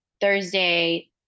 Thursday